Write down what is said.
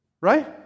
Right